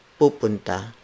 pupunta